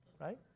right